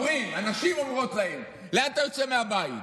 אומרים, הנשים אומרות להם: לאן אתה יוצא מהבית?